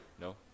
no